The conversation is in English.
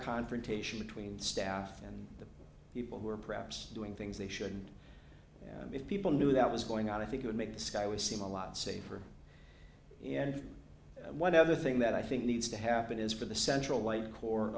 confrontation between staff and the people who are perhaps doing things they shouldn't and if people knew that was going out i think it would make the sky would seem a lot safer and one other thing that i think needs to happen is for the central l